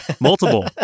multiple